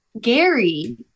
Gary